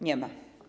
Nie ma.